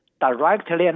directly